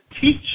teach